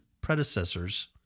predecessors